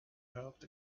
helped